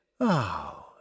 Oh